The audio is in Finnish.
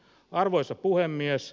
arvoisa puhemies